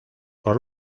por